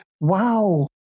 wow